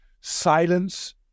silence